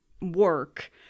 work